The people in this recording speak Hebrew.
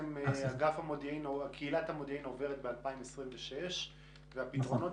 קהילת המודיעין עוברת ב-2026 והפתרונות